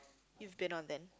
you've been on then